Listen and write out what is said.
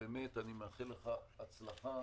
אני מאחל לך הצלחה